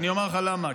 אני אומר לך למה.